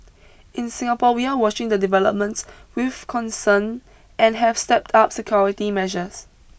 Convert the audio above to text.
in Singapore we are watching the developments with concern and have stepped up security measures